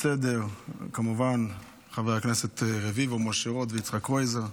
משה רוט ויצחק קרויזר.